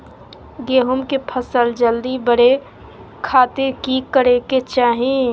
गेहूं के फसल जल्दी बड़े खातिर की करे के चाही?